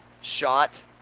shot